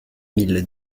mille